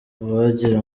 uwagira